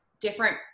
different